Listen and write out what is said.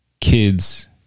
kids